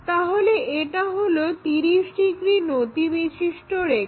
তাহলে এটা হলো 30 ডিগ্রি নতিবিশিষ্ট রেখা